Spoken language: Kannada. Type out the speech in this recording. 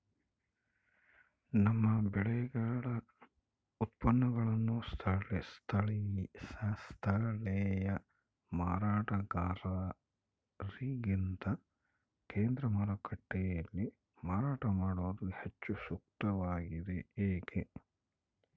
ನಮ್ಮ ಬೆಳೆಗಳ ಉತ್ಪನ್ನಗಳನ್ನು ಸ್ಥಳೇಯ ಮಾರಾಟಗಾರರಿಗಿಂತ ಕೇಂದ್ರ ಮಾರುಕಟ್ಟೆಯಲ್ಲಿ ಮಾರಾಟ ಮಾಡುವುದು ಹೆಚ್ಚು ಸೂಕ್ತವಾಗಿದೆ, ಏಕೆ?